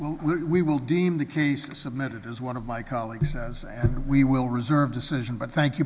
well we will deem the case submitted as one of my colleagues and we will reserve decision but thank you